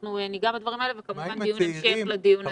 אנחנו נגע בדברים האלה וכמובן שיהיה דיון המשך לדיון הזה.